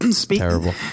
Terrible